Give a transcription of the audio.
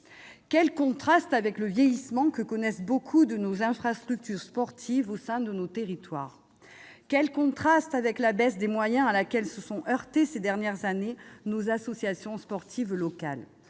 Quel contraste avec le vieillissement que subissent un grand nombre de nos infrastructures sportives au sein de nos territoires ! Quel contraste avec la baisse des moyens à laquelle se sont heurtées nos associations sportives locales